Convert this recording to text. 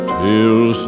till